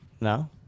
No